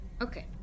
Okay